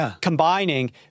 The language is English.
combining